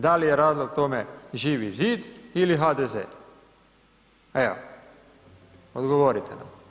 Da li je razlog tome Živi zid ili HDZ, evo, odgovorite nam.